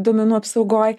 duomenų apsaugoj